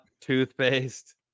toothpaste